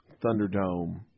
Thunderdome